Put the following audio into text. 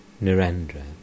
Narendra